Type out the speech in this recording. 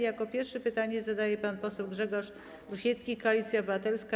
Jako pierwszy pytanie zadaje pan poseł Grzegorz Rusiecki, Koalicja Obywatelska.